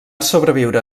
sobreviure